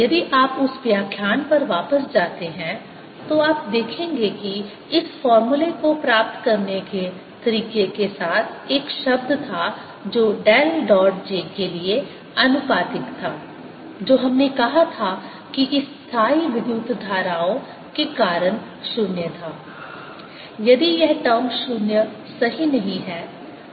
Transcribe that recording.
यदि आप उस व्याख्यान पर वापस जाते हैं तो आप देखेंगे कि इस फॉर्मूले को प्राप्त करने के तरीके के साथ एक शब्द था जो डेल डॉट j के लिए आनुपातिक था जो हमने कहा था कि इस स्थायी विद्युत धाराओं के कारण 0 था यदि यह टर्म 0 सही नहीं है